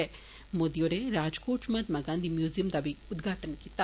श्री मोदी होरें राजकोट च महात्मा गांधी म्यूज़ियम दा उद्घाटन कीता